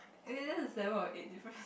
aye this is seven or eight difference